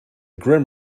grim